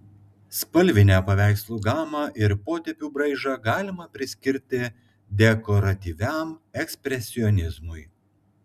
spalvinę paveikslų gamą ir potėpių braižą galima priskirti dekoratyviam ekspresionizmui